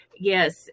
yes